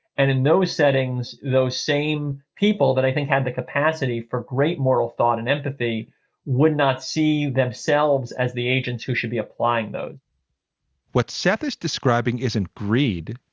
and in those settings, those same people that i think had the capacity for great moral thought and empathy would not see themselves as the agents who should be applying those what seth is describing isn't greed.